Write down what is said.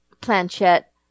planchette